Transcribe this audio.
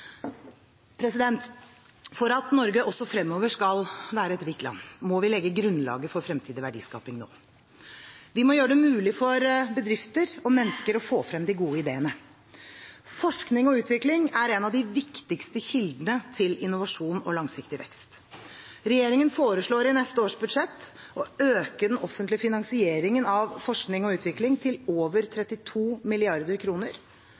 For at Norge også fremover skal være et rikt land, må vi legge grunnlaget for fremtidig verdiskaping nå. Vi må gjøre det mulig for bedrifter og mennesker å få frem de gode ideene. Forskning og utvikling er en av de viktigste kildene til innovasjon og langsiktig vekst. Regjeringen foreslår i neste års budsjett å øke den offentlige finansieringen av forskning og utvikling til over 32